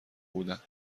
بودند